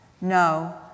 No